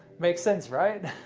makes sense, right?